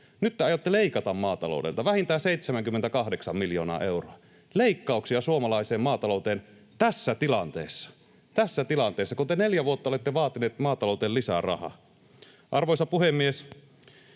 Nyt te aiotte leikata maataloudelta vähintään 78 miljoonaa euroa — leikkauksia suomalaiseen maatalouteen tässä tilanteessa, tässä tilanteessa, kun te neljä vuotta olette vaatineet maatalouteen lisää rahaa. Arvoisa puhemies!